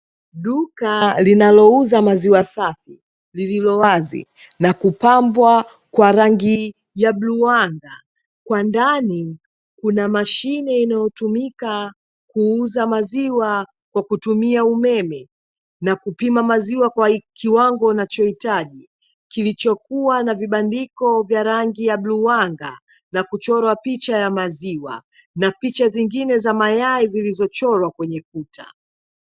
Duka linalouza maziwa safi lililowazi na kupambwa kwa rangi ya bluu anga, kwa ndani kunamashine inayotumika kuuza maziwa kwa kutumia umeme, na kupima maziwa kwa kiwango unacho hitaji kilichokuwa na vibandiko vya rangi ya bluu anga, nakuchorwa picha ya maziwa na picha zingine za mayai zilizochorwa kwenye kuta.